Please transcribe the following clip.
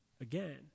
again